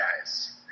guys